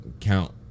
count